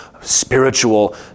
spiritual